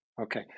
Okay